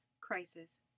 crisis